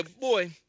boy